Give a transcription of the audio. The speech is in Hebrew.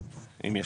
אם יש.